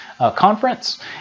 Conference